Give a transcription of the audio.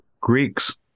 Greeks